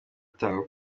bitangwa